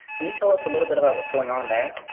can you tell us a little bit about what's going on there?